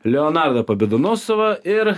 leonardą pobedonoscevą ir